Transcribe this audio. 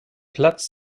platz